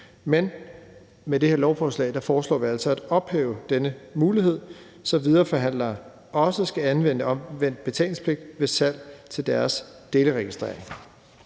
men med det her lovforslag foreslår vi altså at ophæve denne mulighed, så videreforhandlere også skal anvende omvendt betalingspligt ved salg til deres delregistrering.